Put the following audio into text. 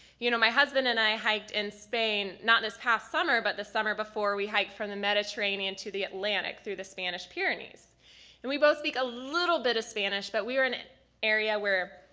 you know my husband and i hiked in spain not this past summer but the summer before we hiked from the mediterranean to the atlantic through the spanish pyrenees and we both speak a little bit of spanish but we were in an area where